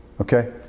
okay